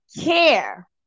care